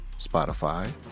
Spotify